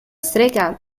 strega